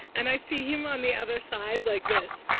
and i see him on the other side, like this.